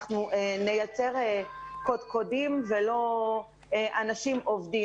אנחנו נייצר קודקודים ולא אנשים עובדים.